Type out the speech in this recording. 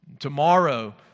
Tomorrow